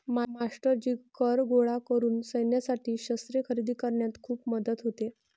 मास्टरजी कर गोळा करून सैन्यासाठी शस्त्रे खरेदी करण्यात खूप मदत होते